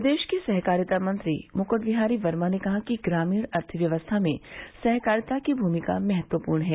प्रदेश के सहकारिता मंत्री मुकुट बिहारी वर्मा ने कहा है कि ग्रामीण अर्थव्यवस्था में सहकारिता की भूमिका महत्वपूर्ण है